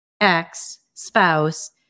ex-spouse